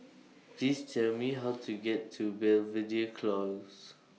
Please Tell Me How to get to Belvedere Close